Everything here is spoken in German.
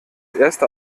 erste